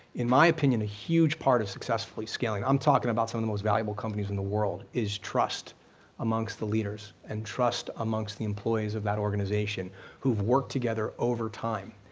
in my opinion a huge part of successfully scaling, i'm talking about some of the most valuable companies in the world, is trust amongst the leaders and trust amongst the employees of that organization who've worked together over time,